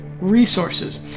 resources